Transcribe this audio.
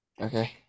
Okay